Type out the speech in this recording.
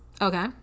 okay